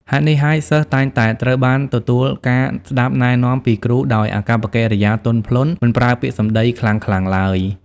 ហេតុនេះហើយសិស្សតែងតែត្រូវបានទទួលការស្ដាប់ណែនាំពីគ្រូដោយអាកប្បកិរិយាទន់ភ្លន់ មិនប្រើពាក្យសំដីខ្លាំងៗទ្បើយ។